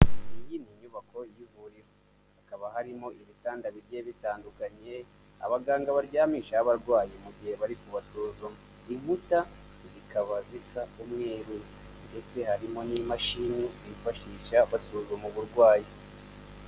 Iyi ni inyubako y'ivuriro, hakaba harimo ibitanda bigiye bitandukanye, abaganga baryamisha y'abarwayi mu gihe bari kubasuzuma. Inkuta zikaba zisa umweru ndetse harimo n'imashini bifashisha basuzuma uburwayi.